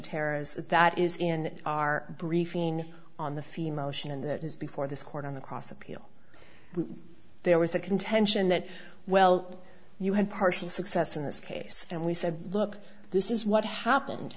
terrors that is in our briefing on the theme ocean that is before this court on the cross appeal there was a contention that well you had partial success in this case and we said look this is what happened